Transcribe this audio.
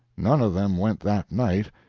none of them went that night,